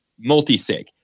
multi-sig